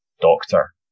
doctor